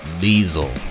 diesel